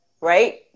right